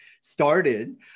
started